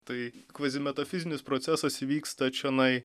tai kvazimetafizinis procesas vyksta čionai